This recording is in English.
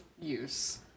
use